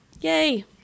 Yay